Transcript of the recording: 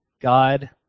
God